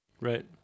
Right